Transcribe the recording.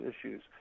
issues